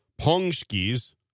Pongskis